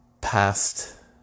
past